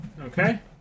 Okay